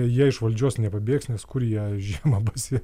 jie iš valdžios nepabėgs nes kur jie žiemą basi